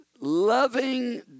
loving